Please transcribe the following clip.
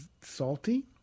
salty